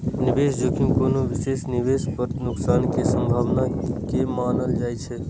निवेश जोखिम कोनो विशेष निवेश पर नुकसान के संभावना के मानल जाइ छै